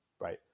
right